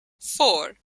four